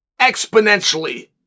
exponentially